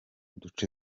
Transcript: duce